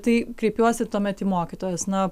tai kreipiuosi tuomet į mokytojas na